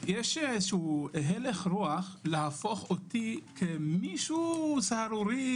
יש הלך רוח להפוך אותי כמישהו סהרורי.